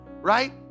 right